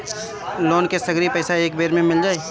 Loan के सगरी पइसा एके बेर में मिल जाई?